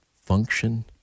function